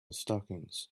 stockings